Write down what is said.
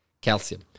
calcium